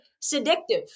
seductive